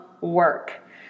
work